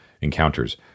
Encounters